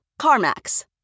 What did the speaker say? CarMax